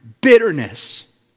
bitterness